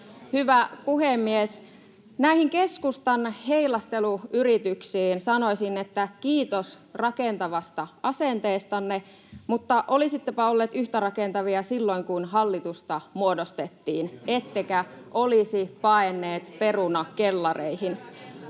Hyvä puhemies! Näihin keskustan heilasteluyrityksiin sanoisin, että kiitos rakentavasta asenteestanne, mutta olisittepa olleet yhtä rakentavia silloin, kun hallitusta muodostettiin, ettekä olisi paenneet perunakellareihin.